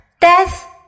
death